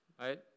right